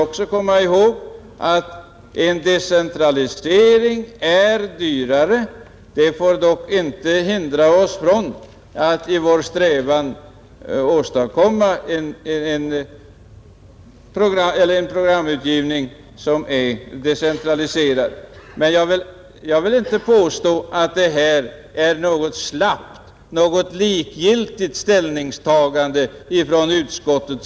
Även om en decentralisering är dyrare får detta inte hindra oss i vår strävan att åstadkomma en decentraliserad programutgivning. Jag vill inte påstå att det här är något slappt, något likgiltigt ställningstagande av utskottet.